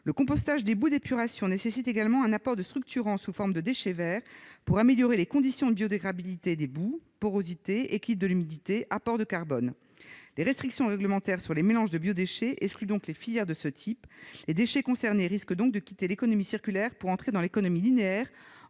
Le compostage des boues d'épuration nécessite également un apport de structurants sous forme de déchets verts, afin d'améliorer les conditions de biodégradabilité des boues : porosité, équilibre de l'humidité, apport de carbone. Les restrictions réglementaires sur les mélanges de biodéchets excluent les filières de ce type. Les déchets concernés risquent donc de quitter l'économie circulaire pour entrer dans l'économie linéaire,